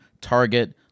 Target